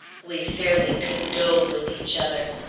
we fairly condoled with each other.